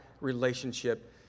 relationship